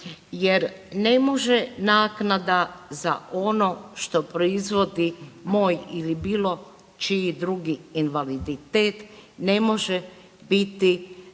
jer ne može naknada za ono što proizvodi moj ili bilo čiji drugi invaliditet, ne može biti,